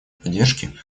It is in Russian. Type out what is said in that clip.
поддержки